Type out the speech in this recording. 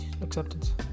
acceptance